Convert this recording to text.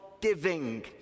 giving